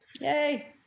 Yay